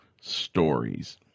stories